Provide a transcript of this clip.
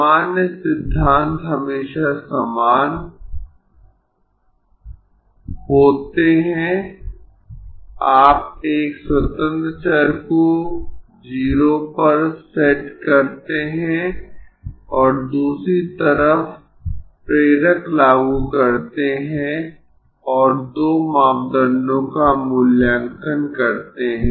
सामान्य सिद्धांत हमेशा समान होते है आप एक स्वतंत्र चर को 0 पर सेट करते है और दूसरी तरफ प्रेरक लागू करते है और दो मापदंडों का मूल्यांकन करते है